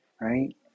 right